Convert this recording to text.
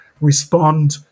respond